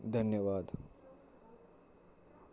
धन्यवाद